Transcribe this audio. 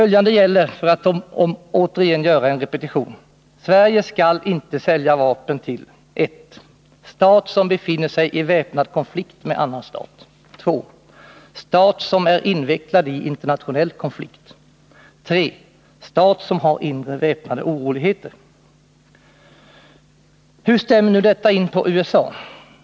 Låt mig repetera att följande gäller: Sverige skall inte sälja vapen till 2. stat som är invecklad i internationell konflikt, 3. stat som har inre väpnade oroligheter. Hur stämmer nu detta in på USA?